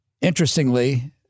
interestingly